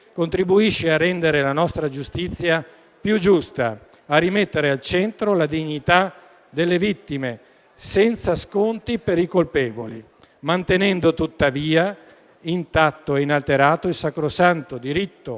contribuisce a rendere la nostra giustizia più giusta e a rimettere al centro la dignità delle vittime senza sconti per i colpevoli, mantenendo tuttavia intatto e inalterato il sacrosanto diritto